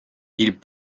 ils